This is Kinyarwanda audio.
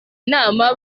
inama